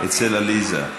אצל עליזה לביא.